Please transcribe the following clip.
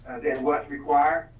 than what's required.